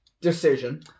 decision